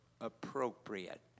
appropriate